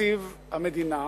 מתקציב המדינה.